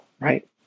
Right